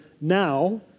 now